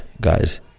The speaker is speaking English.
guys